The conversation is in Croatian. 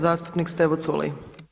Zastupnik Stevo Culej.